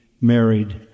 married